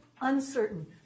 uncertain